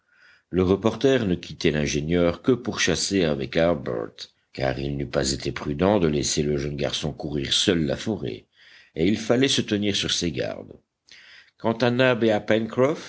le reporter ne quittait l'ingénieur que pour chasser avec harbert car il n'eût pas été prudent de laisser le jeune garçon courir seul la forêt et il fallait se tenir sur ses gardes quant à nab et à